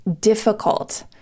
difficult